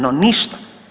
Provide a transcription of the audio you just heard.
No, ništa.